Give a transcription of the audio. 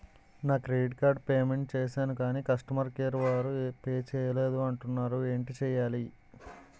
నా credit card payment చేసాను కాని కస్టమర్ కేర్ వారు పే చేయలేదు అంటున్నారు ఏంటి చేయాలి?